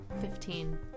Fifteen